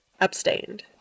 abstained